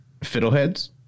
Fiddleheads